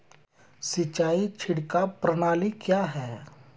सिंचाई छिड़काव प्रणाली क्या है?